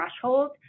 threshold